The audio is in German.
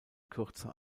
kürzer